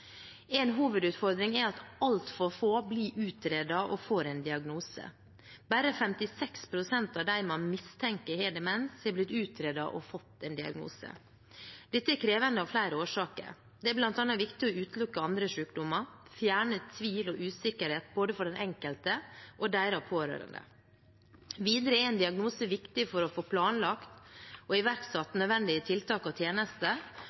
En hovedutfordring er at altfor få blir utredet og får en diagnose. Bare 56 pst. av dem man mistenker har demens, har blitt utredet og fått en diagnose. Dette er krevende av flere årsaker. Det er bl.a. viktig å utelukke andre sykdommer og fjerne tvil og usikkerhet både for den enkelte og for den enkeltes pårørende. Videre er en diagnose viktig for å få planlagt og iverksatt nødvendige tiltak og tjenester